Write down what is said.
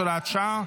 הוראות שעה),